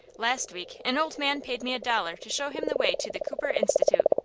last week an old man paid me a dollar to show him the way to the cooper institute.